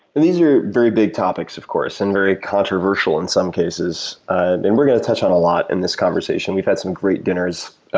these are very big topics, of course, and very controversial in some cases. and we're going to touch on a lot in this conversation. we've had some great dinners.